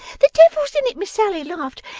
the devil's in it. miss sally laughed,